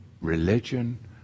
religion